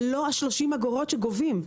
זה לא ה-30 אגורות שגובים,